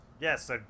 yes